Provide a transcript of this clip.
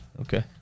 Okay